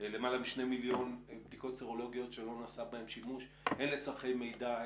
למעלה מ-2 מיליון בדיקות סרולוגיות שלא נעשה בהן שימוש הן לצורכי מידע,